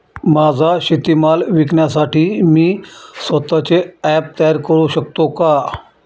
माझा शेतीमाल विकण्यासाठी मी स्वत:चे ॲप तयार करु शकतो का?